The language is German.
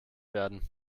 werden